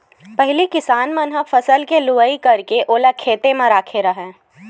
पहिली किसान मन ह फसल के लुवई करके ओला खेते म राखे राहय